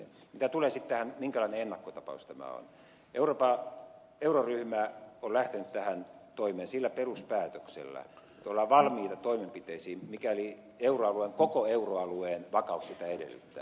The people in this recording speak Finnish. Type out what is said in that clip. mitä tulee sitten tähän minkälainen ennakkotapaus tämä on euroryhmä on lähtenyt tähän toimeen sillä peruspäätöksellä että ollaan valmiita toimenpiteisiin mikäli koko euroalueen vakaus sitä edellyttää